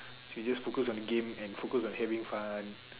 so we just focus on game and focus on having fun